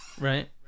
Right